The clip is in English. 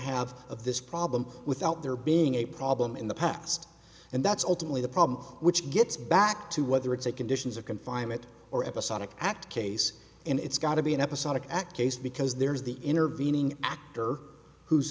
have of this problem without there being a problem in the past and that's ultimately the problem which gets back to whether it's a conditions of confinement or episodic act case and it's got to be an episodic act case because there's the intervening actor who's